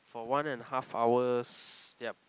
for one and half hours yup